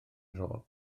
rôl